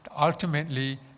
ultimately